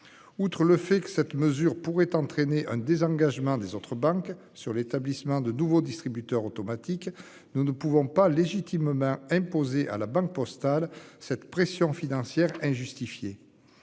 Outre le fait que cette mesure pourrait entraîner un désengagement des autres banques sur l'établissement de nouveaux distributeurs automatiques. Nous ne pouvons pas légitimement imposer à la Banque Postale. Cette pression financière injustifiée.